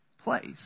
place